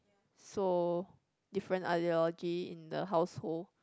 so different ideology in the household